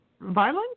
violence